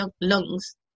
lungs